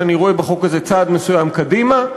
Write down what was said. שאני רואה בחוק הזה צעד מסוים קדימה,